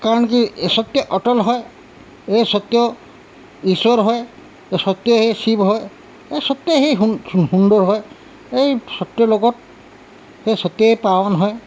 কাৰণ কি এই শক্তি অটল হয় এই শক্তিও ঈশ্বৰ হয় এই শক্তি শিৱ হয় এই শক্তিয়ে সুন্দৰ হয় এই শক্তিৰ লগত এই শক্তিয়ে পাৱন হয়